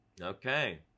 Okay